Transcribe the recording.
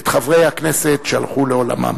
את חברי הכנסת שהלכו לעולמם.